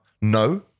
No